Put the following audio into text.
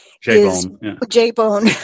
J-Bone